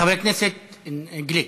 חבר הכנסת גליק.